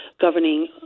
governing